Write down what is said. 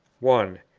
one.